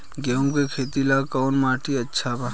गेहूं के खेती ला कौन माटी अच्छा बा?